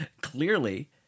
clearly